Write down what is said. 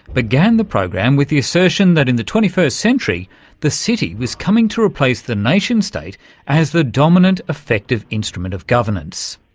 began the program with the assertion that in the twenty first century the city was coming to replace the nation-state as the dominant effective instrument of governance.